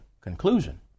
conclusion